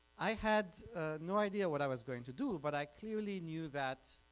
i had no idea what i was going to do but i clearly knew that